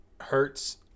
Hurts